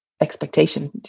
expectation